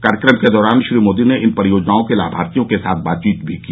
कार्यक्रम के दौरान श्री मोदी ने इन परियोजनाओं के लाभार्थियों के साथ बातचीत भी की